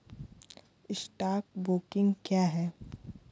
Stock broking क्या है?